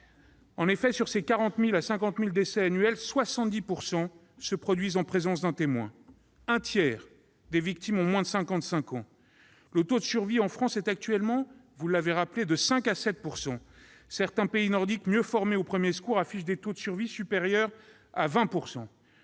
En effet, sur ces 40 000 à 50 000 décès annuels, 70 % se produisent en présence d'un témoin ; un tiers des victimes ont moins de 55 ans ; le taux de survie en France est actuellement de 5 % à 7 %. Certains pays nordiques, mieux formés aux premiers secours, affichent des taux de survie supérieurs à 20 %.